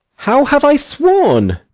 how have i sworn!